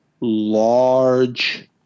large